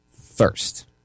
first